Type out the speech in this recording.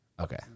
okay